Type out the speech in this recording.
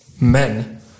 men